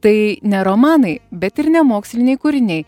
tai ne romanai bet ir nemoksliniai kūriniai